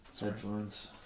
headphones